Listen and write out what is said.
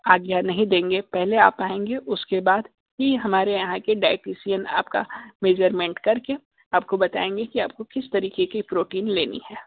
आज्ञा नहीं देंगे पहले आप आएंगे उसके बाद ही हमारे यहाँ के डायटीशियन आपका मेजरमेंट करके आपको बताएंगे कि आपको किस तरीके की प्रोटीन लेनी है